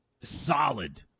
Solid